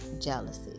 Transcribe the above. jealousy